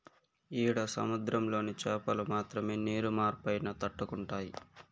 ఈడ సముద్రంలోని చాపలు మాత్రమే నీరు మార్పైనా తట్టుకుంటాయి